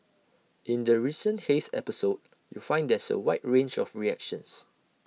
in the recent haze episode you find there's A wide range of reactions